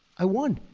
i won.